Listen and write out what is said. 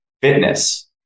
fitness